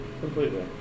completely